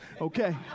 okay